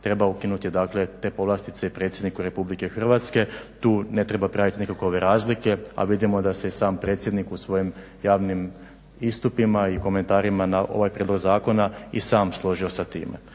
treba ukinuti dakle te povlastice i predsjedniku Republike Hrvatske. Tu ne treba praviti nikakove razlike, a vidimo da se i sam predsjednik u svojim javnim istupima i komentarima na ovaj prijedlog zakona i sam složio sa time.